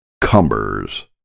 cumbers